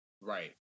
Right